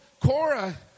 Cora